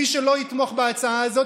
מי שלא יתמוך בהצעה הזאת,